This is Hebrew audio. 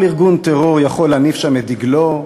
כל ארגון טרור יכול להניף שם את דגלו.